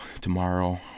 tomorrow